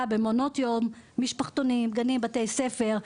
ההצללה במעונות יום, משפחתונים, גנים ובתי ספר,